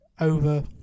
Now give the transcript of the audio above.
over